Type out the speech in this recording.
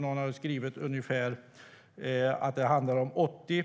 Någon har skrivit att det handlar om ungefär 80